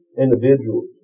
individuals